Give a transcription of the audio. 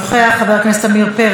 חברת הכנסת מיכל בירן,